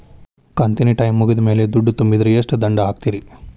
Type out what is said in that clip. ಕಂತಿನ ಟೈಮ್ ಮುಗಿದ ಮ್ಯಾಲ್ ದುಡ್ಡು ತುಂಬಿದ್ರ, ಎಷ್ಟ ದಂಡ ಹಾಕ್ತೇರಿ?